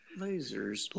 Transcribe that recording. Lasers